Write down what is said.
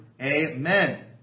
Amen